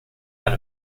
out